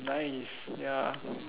nice ya